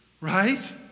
Right